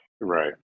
Right